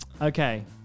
Okay